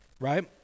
right